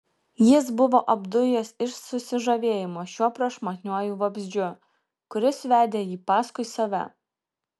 jis buvo apdujęs iš susižavėjimo šiuo prašmatniuoju vabzdžiu kuris vedė jį paskui save